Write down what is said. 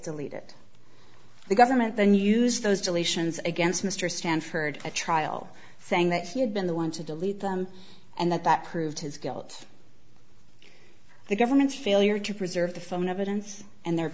deleted the government then used those deletions against mr stanford a trial saying that he had been the one to delete them and that that proved his guilt the government's failure to preserve the phone evidence and they're